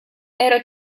era